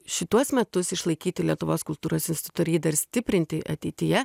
šituos metus išlaikyti lietuvos kultūros institu dar jį stiprinti ateityje